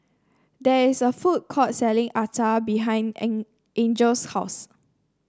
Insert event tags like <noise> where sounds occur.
there is a food court selling acar behind <unintelligible> Angel's house